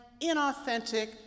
inauthentic